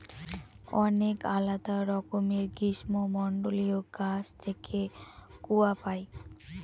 অনেক আলাদা রকমের গ্রীষ্মমন্ডলীয় গাছ থেকে কূয়া পাই